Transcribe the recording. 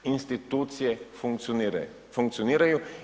Institucije funkcioniraju.